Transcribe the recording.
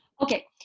Okay